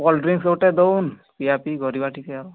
cold drinks ଗୋଟେ ଦେଉନ ପିଆ ପିଇ କରିବା ଟିକିଏ ଆଉ